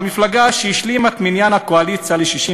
המפלגה שהשלימה את מניין הקואליציה ל-61